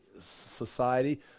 society